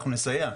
אנחנו נסייע,